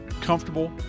Comfortable